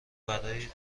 برای